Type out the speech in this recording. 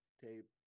tape